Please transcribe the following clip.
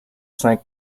cinq